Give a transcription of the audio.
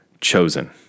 chosen